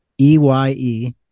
E-Y-E